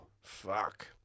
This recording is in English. Fuck